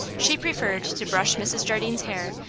she preferred to brush mrs. jardine's hair,